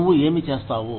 నువ్వు ఏమి చేస్తావు